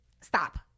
Stop